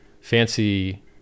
fancy